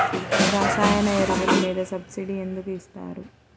రసాయన ఎరువులు మీద సబ్సిడీ ఎందుకు ఇస్తారు?